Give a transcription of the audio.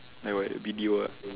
like what B D O ah